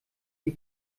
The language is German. die